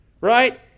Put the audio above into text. right